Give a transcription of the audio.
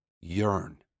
yearn